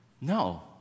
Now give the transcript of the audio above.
no